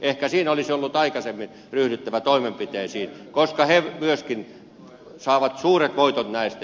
ehkä siinä olisi ollut aikaisemmin ryhdyttävä toimenpiteisiin koska he myöskin saavat suuret voitot näistä